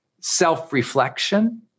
self-reflection